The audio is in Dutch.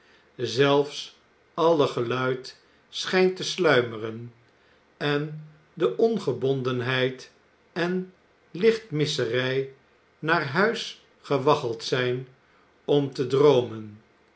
zelfs alle geluid schijnt te sluimeren en de ongebondenheid en lichtmisserij naar huis gewaggeld zijn om te droomen